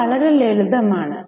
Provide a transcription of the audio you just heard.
ഇത് വളരെ ലളിതമാണ്